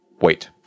Wait